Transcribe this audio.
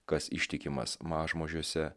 kas ištikimas mažmožiuose